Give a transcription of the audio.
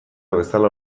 bezala